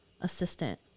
assistant